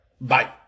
Bye